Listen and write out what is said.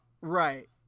Right